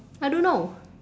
I don't know